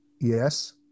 Yes